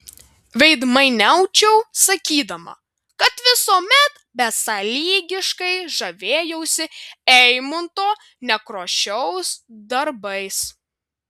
veidmainiaučiau sakydama kad visuomet besąlygiškai žavėjausi eimunto nekrošiaus darbais